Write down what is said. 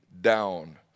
down